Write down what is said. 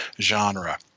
genre